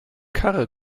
karre